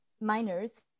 miners